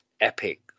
epic